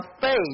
faith